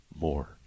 more